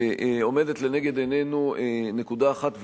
עומדת לנגד עינינו נקודה אחת,